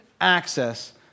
access